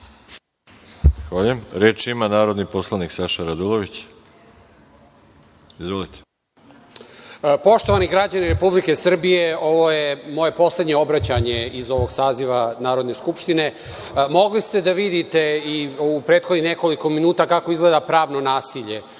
Zahvaljujem. Reč ima narodni poslanik Saša Radulović. Izvolite. **Saša Radulović** Poštovani građani Republike Srbije, ovo je moje poslednje obraćanje iz ovog saziva Narodne skupštine. Mogli ste da vidite u prethodnih nekoliko minuta kako izgleda pravno nasilje